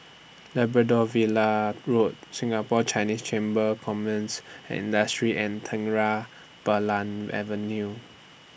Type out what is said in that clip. Labrador Villa Road Singapore Chinese Chamber Commerce and Industry and Terang Bulan Avenue